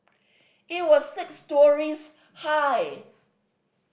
it was six storeys high